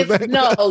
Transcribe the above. No